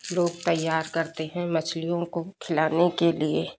लोग तैयार करते हैं मछलियों को खिलाने के लिए